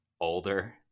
older